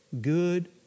good